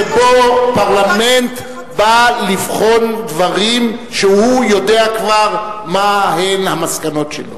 שבה פרלמנט בא לבחון דברים כשהוא יודע כבר מהן המסקנות שלו.